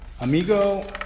Amigo